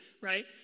right